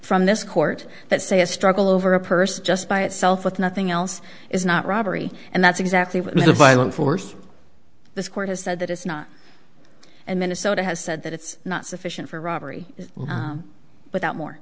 from this court that say a struggle over a person just by itself with nothing else is not robbery and that's exactly what the violent force the court has said that it's not and minnesota has said that it's not sufficient for robbery but that more